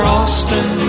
Austin